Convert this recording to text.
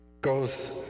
goes